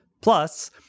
plus